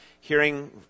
hearing